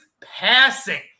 passing